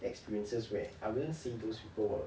experiences where I wouldn't say those people were